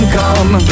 come